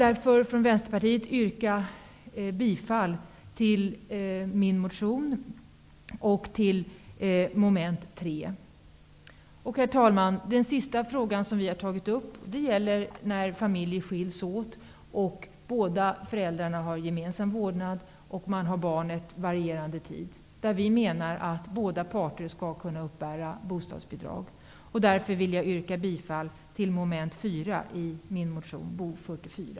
Herr talman! Den sista frågan som vi har tagit upp gäller när familjer skiljs åt och föräldrarna har gemensam vårdnad. Man har barnet varierande tid. Vi menar att båda parter skall kunna uppbära bostadsbidrag. Därför vill jag yrka bifall till min motion Bo44, yrkande 4.